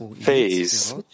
phase